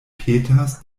petas